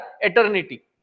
eternity